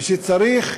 ושצריך,